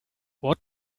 what